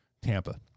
Tampa